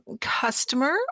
customer